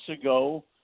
ago